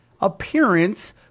appearance –